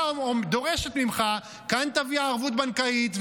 דורשת ממך: כאן תביא ערבות בנקאית,